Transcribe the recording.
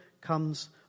comes